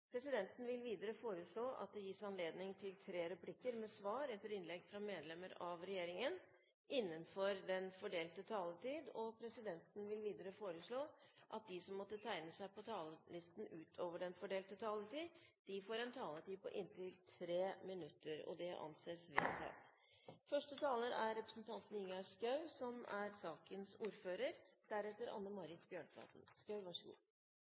presidenten foreslå at det blir gitt anledning til tre replikker med svar etter innlegg fra medlemmer av regjeringen innenfor den fordelte taletid. Videre vil presidenten foreslå at de som måtte tegne seg på talerlisten utover den fordelte taletid, får en taletid på inntil 3 minutter. – Det anses vedtatt. Finansiering av planlagt utbygging av fv. 33 på strekningen Skreifjella–Totenvika i Østre Toten kommune er